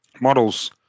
Models